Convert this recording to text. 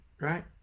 right